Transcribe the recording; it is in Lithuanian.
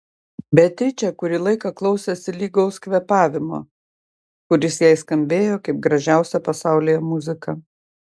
beatričė kurį laiką klausėsi lygaus kvėpavimo kuris jai skambėjo kaip gražiausia pasaulyje muzika